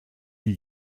die